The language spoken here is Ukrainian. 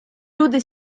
люди